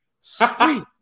sweet